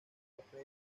papel